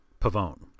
Pavone